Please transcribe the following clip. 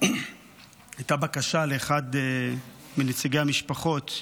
הייתה לאחד מנציגי המשפחות בקשה: